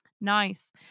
Nice